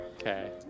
Okay